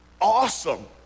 awesome